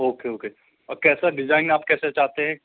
okay okay कैसा design आप कैसे चाहते हैं